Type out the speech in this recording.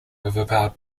overpowered